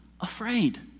afraid